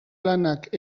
lanak